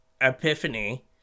Epiphany